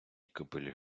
кобилі